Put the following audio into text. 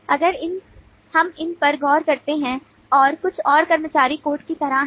अगर हम इन पर गौर करते हैं और कुछ और कर्मचारी कोड की तरह हैं